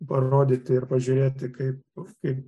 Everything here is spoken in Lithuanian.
parodyti ir pažiūrėti kaip kaip